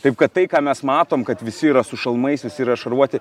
taip kad tai ką mes matom kad visi yra su šalmais yra šarvuoti